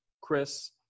Chris